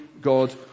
God